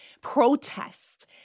protest